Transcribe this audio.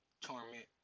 torment